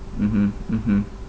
mmhmm mmhmm